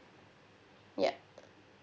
yup